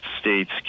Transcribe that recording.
states